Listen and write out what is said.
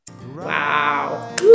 Wow